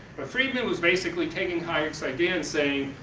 but freidman was basically taking hayek's idea and saying,